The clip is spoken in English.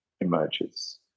emerges